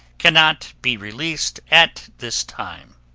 cannot be released at this time.